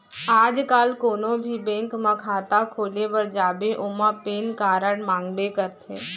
आज काल कोनों भी बेंक म खाता खोले बर जाबे ओमा पेन कारड मांगबे करथे